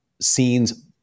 scenes